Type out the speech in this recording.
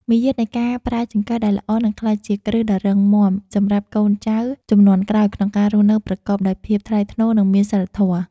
មារយាទនៃការប្រើចង្កឹះដែលល្អនឹងក្លាយជាគ្រឹះដ៏រឹងមាំសម្រាប់កូនចៅជំនាន់ក្រោយក្នុងការរស់នៅប្រកបដោយភាពថ្លៃថ្នូរនិងមានសីលធម៌។